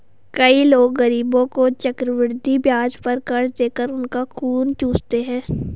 कई लोग गरीबों को चक्रवृद्धि ब्याज पर कर्ज देकर उनका खून चूसते हैं